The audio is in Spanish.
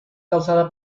causada